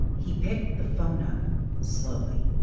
he picked the phone up slowly.